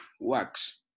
works